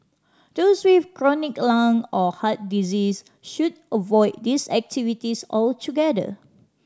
those with chronic lung or heart disease should avoid these activities altogether